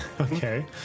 Okay